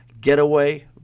Getaway